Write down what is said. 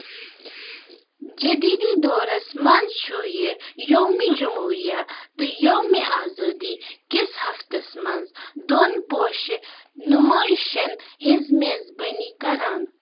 جدیٖدی دورس منٛز چھُ یہِ یومہِ جمہوریہ تہٕ یومہِ آزادی کِس ہفتَس منٛز دۄن پوشہٕ نُمٲیِشَن ہٕنٛز میزبٲنی کَران